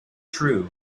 true